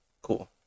Cool